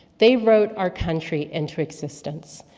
they wrote our country into existence,